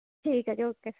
ਠੀਕ ਹੈ ਜੀ ਓਕੇ